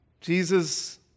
Jesus